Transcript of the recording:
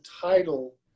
title